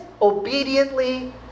Obediently